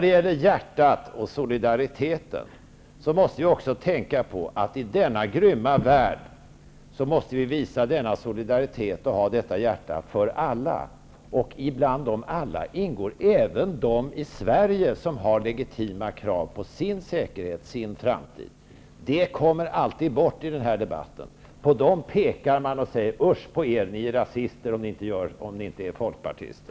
Beträffande hjärtat och solidariteten skall vi också tänka på att vi i denna grymma värld måste ha detta hjärta och visa denna solidaritet för alla, varav även ingår de i Sverige som har legitima krav på sin säkerhet och sin framtid. De kommer alltid bort i den här debatten. Man pekar på dem och säger: Usch på er, ni är rasister om ni inte är folkpartister.